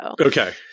okay